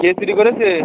কে চুরি করেছে